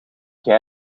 jij